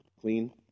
Clean